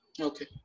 Okay